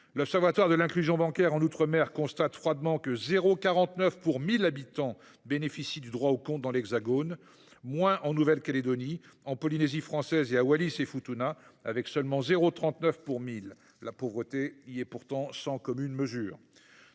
L’observatoire de l’inclusion bancaire en outre mer constate froidement que 0,49 ‰ des habitants bénéficient du droit au compte dans l’Hexagone. C’est moins en Nouvelle Calédonie, en Polynésie française et à Wallis et Futuna, avec seulement 0,39 ‰. La pauvreté y est pourtant sans commune mesure.